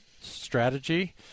strategy